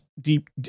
deep